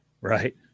Right